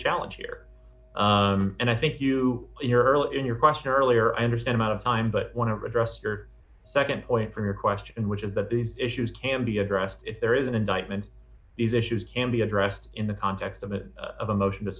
challenge here and i think you your earl in your question earlier i understand i'm out of time but want to redress your nd point from your question which is that these issues can be addressed if there is an indictment these issues can be addressed in the context of a motion to